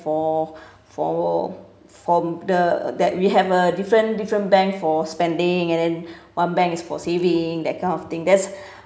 for for for the that we have a different different bank for spending and then one bank is for saving that kind of thing that's